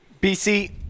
BC